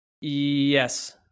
Yes